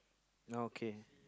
okay